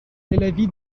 l’avis